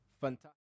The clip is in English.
Fantastic